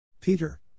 Peter